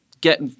get